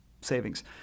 Savings